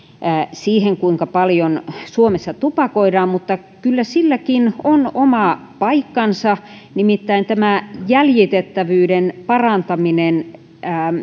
siihen kuinka paljon suomessa tupakoidaan mutta kyllä silläkin on oma paikkansa nimittäin tämä jäljitettävyyden parantaminen